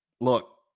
Look